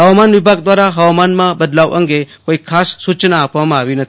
હવામાન વિભાગ દ્વારા હવામાનમાં બદલાવ અંગે કોઈ ખાસ સૂચના આપવામાં આવી નથી